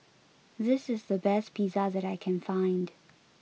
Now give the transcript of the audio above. this is the best Pizza that I can find